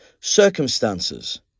circumstances